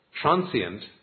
transient